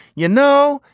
you know.